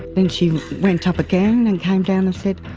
then she went up again and came down and said,